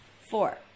Four